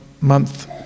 month